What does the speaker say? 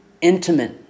intimate